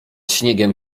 śniegiem